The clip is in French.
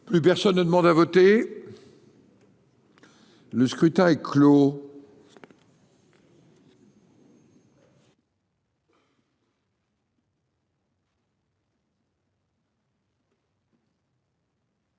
Plus personne ne demande à voter. Le scrutin est clos.